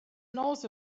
knows